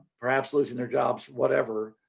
perhaps, losing their jobs, whatever,